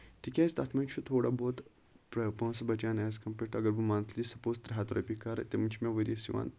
تِکیازِ تَتھ منٛز چھُ تھوڑا بہت پونسہٕ بَچان ایز کَمپیٲڈ ٹُو اَگر بہٕ مَنتھٕلی سَپوز ترٛےٚ ہَتھ رۄپیہِ کرٕ تِم چھِ مےٚ ؤریَس یِوان